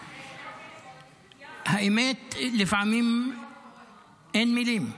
האמת, לפעמים אין מילים.